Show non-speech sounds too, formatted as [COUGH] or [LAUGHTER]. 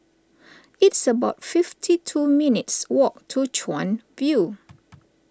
[NOISE] it's about fifty two minutes' walk to Chuan View